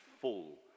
full